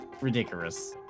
ridiculous